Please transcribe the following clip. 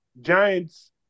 Giants